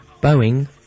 Boeing